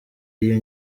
iyo